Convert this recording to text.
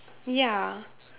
ya